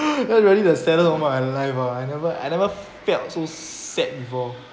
that really the saddest of all my life ah I never I never felt so sad before